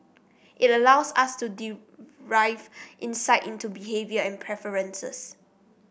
it allows us to derive insight into behaviour and preferences